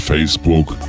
Facebook